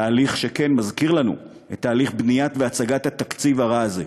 תהליך שמזכיר לנו את תהליך בניית והצגת התקציב הרע הזה,